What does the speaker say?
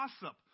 gossip